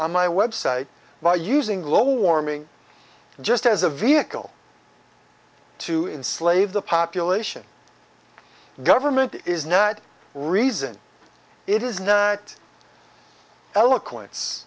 on my website by using global warming just as a vehicle to in slave the population government is no reason it is not eloquence